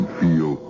feel